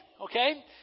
Okay